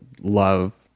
love